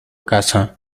casa